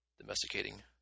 domesticating